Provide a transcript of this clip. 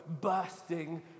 bursting